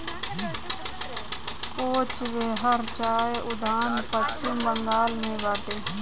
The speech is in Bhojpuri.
कोच बेहर चाय उद्यान पश्चिम बंगाल में बाटे